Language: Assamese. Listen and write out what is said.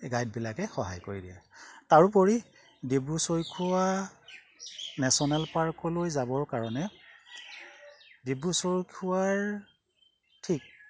এই গাইডবিলাকে সহায় কৰি দিয়ে তাৰোপৰি ডিব্ৰু চৈখোৱা নেশ্যনেল পাৰ্কলৈ যাবৰ কাৰণে ডিব্ৰু চৈখোৱাৰ থিক